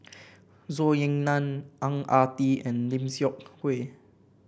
Zhou Ying Nan Ang Ah Tee and Lim Seok Hui